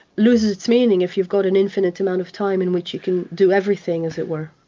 loses its meaning if you've got an infinite amount of time in which you can do everything, as it were.